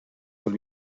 will